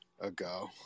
ago